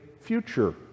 future